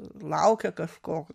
laukia kažko